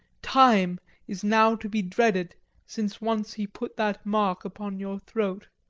time is now to be dreaded since once he put that mark upon your throat.